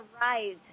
rise